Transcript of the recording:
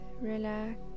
relax